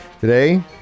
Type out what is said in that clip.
today